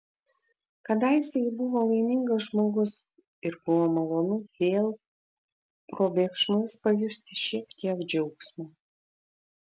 kadaise ji buvo laimingas žmogus ir buvo malonu vėl probėgšmais pajusti šiek tiek džiaugsmo